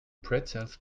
pretzels